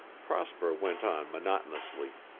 prosper went on monotonously.